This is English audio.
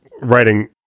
writing